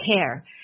care